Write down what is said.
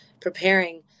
preparing